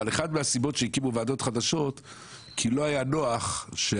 אבל אחת מהסיבות שהקימו ועדות חדשות היא שלא היה נוח שהמשטרה,